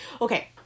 okay